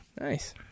Nice